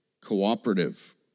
cooperative